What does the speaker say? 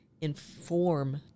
inform